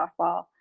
softball